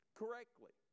correctly